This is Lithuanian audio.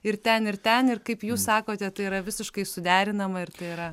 ir ten ir ten ir kaip jūs sakote tai yra visiškai suderinama ir tai yra